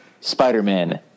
Spider-Man